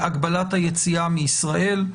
(הגבלת היציאה מישראל).